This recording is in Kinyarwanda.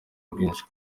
rwinshi